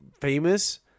famous